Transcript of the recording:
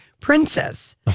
princess